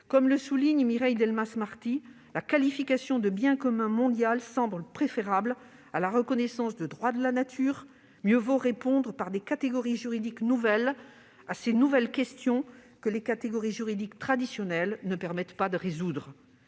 Comme le souligne Mireille Delmas-Marty :« La qualification de " bien commun mondial " semble préférable à la reconnaissance de droits de la nature. [...] Mieux vaut répondre par des catégories juridiques nouvelles à ces nouvelles questions que les catégories juridiques traditionnelles ne permettent pas de résoudre.